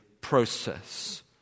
process